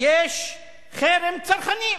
יש חרם צרכנים.